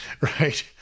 right